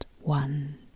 one